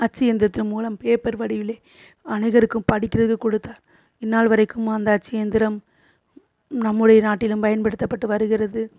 அச்சு இயந்திரத்தின் மூலம் பேப்பர் வடிவிலே அநேகருக்கும் படிக்கிறதுக்கு கொடுத்தார் இந்நாள் வரைக்கும் அந்த அச்சு இயந்திரம் நம்முடைய நாட்டிலும் பயன்படுத்தப்பட்டு வருகிறது